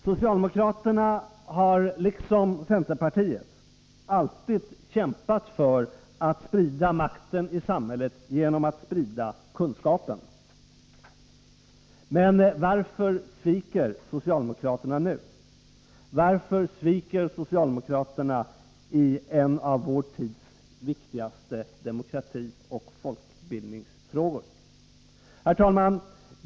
Socialdemokraterna har liksom centerpartiet alltid kämpat för att sprida makten i samhället genom att sprida kunskapen. Varför sviker socialdemokraterna nu? Varför sviker socialdemokraterna i en av vår tids viktigaste demokratioch folkbildningsfrågor? Herr talman!